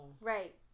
Right